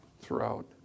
throughout